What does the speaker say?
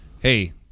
Hey